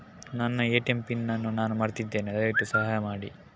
ನನ್ನ ATM PIN ಅನ್ನು ನಾನು ಮರ್ತಿದ್ಧೇನೆ, ದಯವಿಟ್ಟು ಸಹಾಯ ಮಾಡಿ